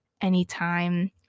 anytime